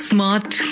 Smart